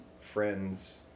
friends